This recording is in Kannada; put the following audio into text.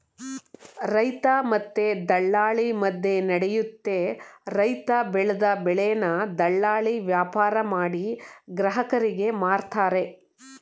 ರೈತ ಮತ್ತೆ ದಲ್ಲಾಳಿ ಮದ್ಯನಡಿಯುತ್ತೆ ರೈತ ಬೆಲ್ದ್ ಬೆಳೆನ ದಲ್ಲಾಳಿ ವ್ಯಾಪಾರಮಾಡಿ ಗ್ರಾಹಕರಿಗೆ ಮಾರ್ತರೆ